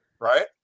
right